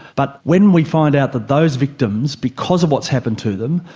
but when we find out that those victims, because of what's happened to them,